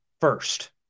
first